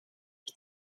ich